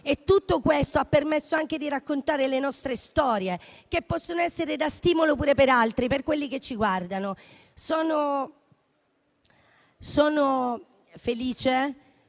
Tutto questo ha permesso anche di raccontare le nostre storie, che possono essere di stimolo anche per altri, per coloro che ci guardano. Sono felice